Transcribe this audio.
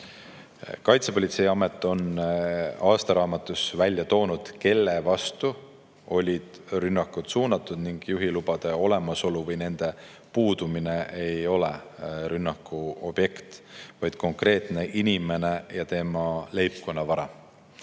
Kaitsepolitseiamet on aastaraamatus välja toonud, kelle vastu olid rünnakud suunatud. Juhilubade olemasolu või nende puudumine ei ole rünnaku objekt, vaid objekt on konkreetne inimene ja tema leibkonna vara.